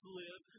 live